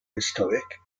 historic